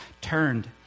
turned